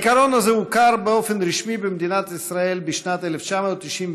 העיקרון הזה הוכר באופן רשמי במדינת ישראל בשנת 1994,